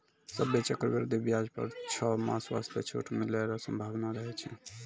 सभ्भे चक्रवृद्धि व्याज पर छौ मास वास्ते छूट मिलै रो सम्भावना रहै छै